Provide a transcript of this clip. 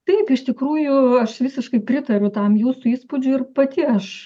taip iš tikrųjų aš visiškai pritariu tam jūsų įspūdžiui ir pati aš